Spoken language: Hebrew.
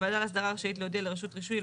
הוועדה להסדרה רשאית להודיע לרשות רישוי,